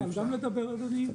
אפשר גם לדבר, אדוני?